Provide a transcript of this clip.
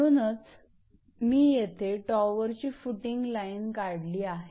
म्हणूनच मी येथे टॉवरची फुटिंग लाईन काढली आहे